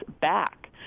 back